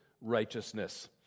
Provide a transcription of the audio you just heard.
righteousness